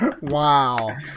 Wow